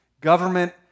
government